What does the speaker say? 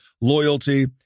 loyalty